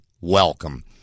welcome